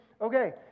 Okay